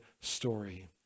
story